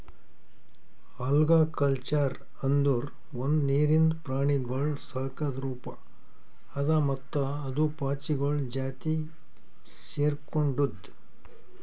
algaculture ಅಂದುರ್ ಒಂದು ನೀರಿಂದ ಪ್ರಾಣಿಗೊಳ್ ಸಾಕದ್ ರೂಪ ಅದಾ ಮತ್ತ ಅದು ಪಾಚಿಗೊಳ್ ಜಾತಿಗ್ ಸೆರ್ಕೊಂಡುದ್